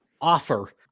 offer